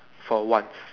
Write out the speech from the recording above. for once